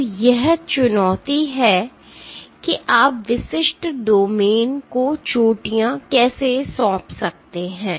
तो यह चुनौती है कि आप विशिष्ट डोमेन को चोटियां कैसे सौंप सकते हैं